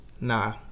nah